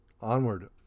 onward